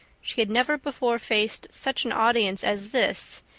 she had never before faced such an audience as this,